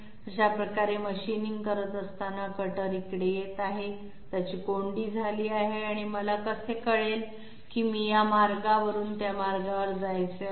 अशा प्रकारे मशीनिंग करत असताना कटर इकडे येत आहे त्याची कोंडी झाली आहे आणि मला कसे कळेल की मी या मार्गावरून त्या मार्गावर जायचे आहे